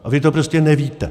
A vy to prostě nevíte.